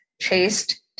chased